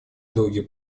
долгий